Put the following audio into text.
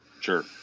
Sure